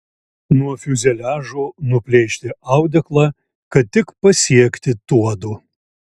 nuo fiuzeliažo nuplėšti audeklą kad tik pasiekti tuodu